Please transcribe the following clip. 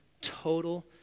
total